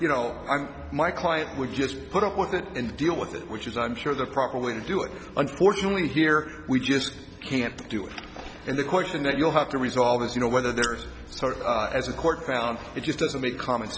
you know my client would just put up with it and deal with it which is i'm sure the proper way to do it unfortunately here we just can't do it and the question that you'll have to resolve is you know whether there's sort of as a court found it just doesn't make comm